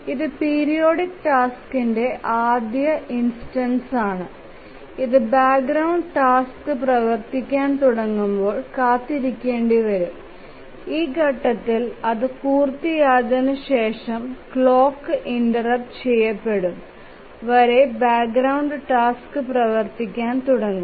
ഇത് പീരിയോഡിക് ടാസ്ക്കിന്റെ ആദ്യ ഇൻസ്റ്റൻസ് ആണ് ഇത് ബാക്ക്ഗ്രൌണ്ട് ടാസ്ക് പ്രവർത്തിപ്പിക്കാൻ തുടങ്ങുമ്പോൾ കാത്തിരിക്കേണ്ടിവരും ഈ ഘട്ടത്തിൽ അത് പൂർത്തിയായതിന് ശേഷം ക്ലോക്ക് ഇന്റെര്പ്ട് ചെയ്യപ്പെടും വരെ ബാക്ഗ്രൌണ്ട് ടാസ്ക് പ്രവർത്തിക്കാൻ തുടങ്ങും